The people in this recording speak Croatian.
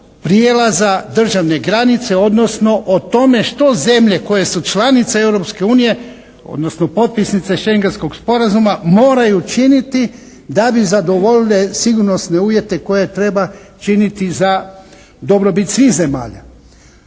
prijelaza državne granice, odnosno o tome što zemlje koje su članice Europske unije, odnosno potpisnice Schengenskog sporazuma moraju činiti da bi zadovoljile sigurnosne uvjete koje treba činiti za dobrobit svih zemalja.